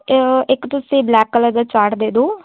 ਇੱਕ ਤੁਸੀਂ black colour ਦਾ ਚਾਟ ਦੇ ਦਿਓ